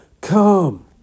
Come